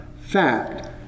fact